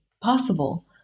possible